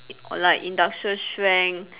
or like industrial strength